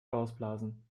ausblasen